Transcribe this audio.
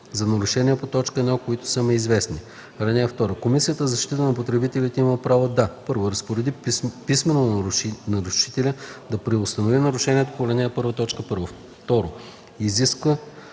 за нарушения по т. 1, които са му известни. (2) Комисията за защита на потребителите има право да: 1. разпореди писмено на нарушителя да преустанови нарушението по ал. 1, т. 1; 2. изиска